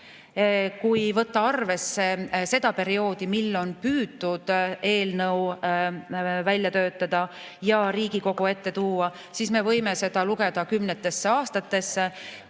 Kui võtta arvesse kogu seda perioodi, mil on püütud eelnõu välja töötada ja Riigikogu ette tuua, siis seda võib lugeda kümnetes aastates.